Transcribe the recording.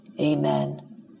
amen